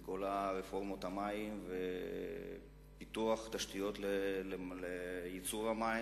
על כל רפורמות המים ופיתוח תשתיות לייצור המים,